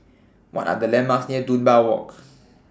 What Are The landmarks near Dunbar Walk